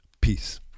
Peace